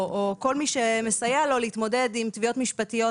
כל מי שמסייע לו לא יצטרך להתמודד עם תביעות משפטיות,